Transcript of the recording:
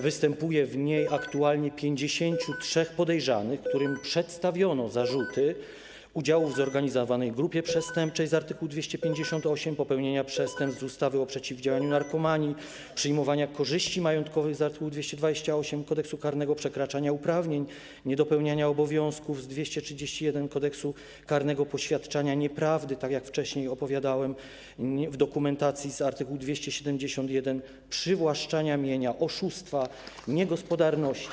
Występuje w niej aktualnie 53 podejrzanych, którym przedstawiono zarzuty udziału w zorganizowanej grupie przestępczej z art. 258, popełnienia przestępstw z ustawy o przeciwdziałaniu narkomanii, przyjmowania korzyści majątkowych z art. 228 k.k., przekraczania uprawnień, niedopełniania obowiązków z art. 231 k.k., poświadczania nieprawdy - tak jak wcześniej opowiadałem - w dokumentacji z art. 271, przywłaszczania mienia, oszustwa, niegospodarności.